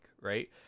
right